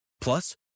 Plus